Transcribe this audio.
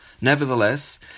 Nevertheless